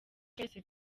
twese